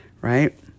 right